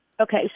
Okay